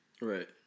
Right